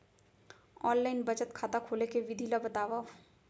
Online बचत खाता खोले के विधि ला बतावव?